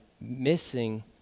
missing